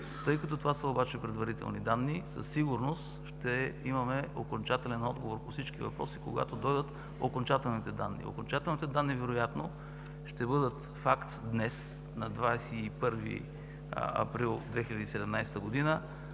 Тъй като това обаче са предварителни данни, със сигурност ще имаме окончателен отговор по всички въпроси, когато дойдат окончателните данни. Окончателните данни вероятно ще бъдат факт днес – на 21 април 2017 г.